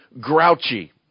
grouchy